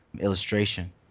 illustration